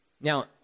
Now